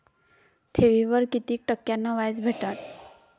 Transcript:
ठेवीवर कितीक टक्क्यान व्याज भेटते?